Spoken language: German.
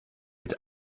mit